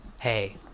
hey